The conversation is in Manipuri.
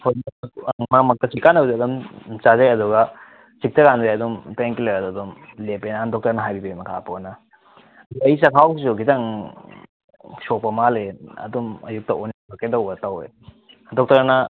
ꯃꯔꯛ ꯃꯔꯛꯇ ꯆꯤꯛꯄ ꯀꯥꯟꯗꯗꯤ ꯑꯗꯨꯝ ꯆꯥꯖꯩ ꯑꯗꯨꯒ ꯆꯤꯛꯇꯀꯥꯟꯗꯤ ꯑꯗꯨꯝ ꯄꯦꯟꯀꯤꯂꯔꯗꯣ ꯑꯗꯨꯝ ꯂꯦꯞꯄꯦ ꯗꯣꯛꯇꯔꯅ ꯍꯥꯏꯕꯤꯕꯩ ꯃꯈꯥ ꯄꯣꯟꯅ ꯑꯩꯒꯤ ꯆꯛꯈꯥꯎꯁꯤꯁꯨ ꯈꯤꯇꯪ ꯁꯣꯛꯄ ꯃꯥꯜꯂꯦ ꯑꯗꯨꯝ ꯑꯌꯨꯛꯇ ꯑꯣꯅꯤꯡꯕ ꯀꯩꯗꯧꯕ ꯇꯧꯋꯦ ꯗꯣꯛꯇꯔꯅ